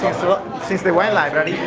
since the wine library,